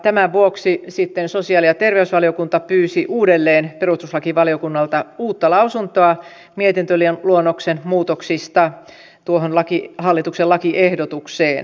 tämän vuoksi sosiaali ja terveysvaliokunta pyysi perustuslakivaliokunnalta uutta lausuntoa mietintöluonnoksen muutoksista tuohon hallituksen lakiehdotukseen